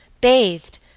bathed